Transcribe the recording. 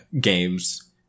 games